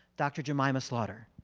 dr. gymama slaughter.